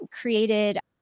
created